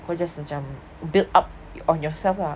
kau just macam build up on yourself lah